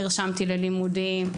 נרשמתי ללימודים,